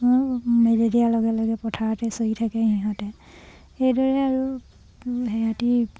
মেলি দিয়াৰ লগে লগে পথাৰতে চলি থাকে সিহঁতে এইদৰে আৰু সিহঁতি